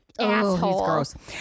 asshole